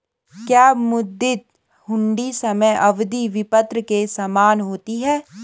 क्या मुद्दती हुंडी समय अवधि विपत्र के समान होती है?